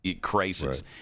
crisis